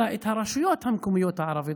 היא מכילה את הרשויות המקומיות הערביות,